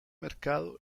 mercado